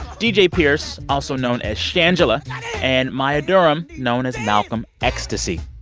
d j. pierce also known as shangela and maya durham known as malcolm xstasy